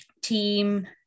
team